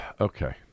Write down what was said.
Okay